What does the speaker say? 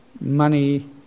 money